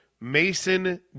Mason